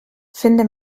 finde